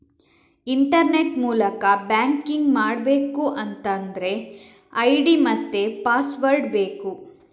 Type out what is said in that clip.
internet ಮೂಲಕ banking ಮಾಡ್ಬೇಕು ಅಂತಾದ್ರೆ ಐಡಿ ಮತ್ತೆ ಪಾಸ್ವರ್ಡ್ ಬೇಕು